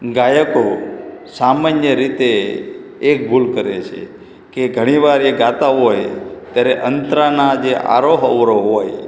ગાયકો સામાન્ય રીતે એક ભૂલ કરે છે કે ઘણીવાર એ ગાતા હોય ત્યારે અંતરાના જે આરોહ અવરોહ હોય